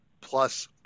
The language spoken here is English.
plus